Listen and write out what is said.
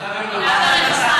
עבודה ורווחה.